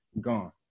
gone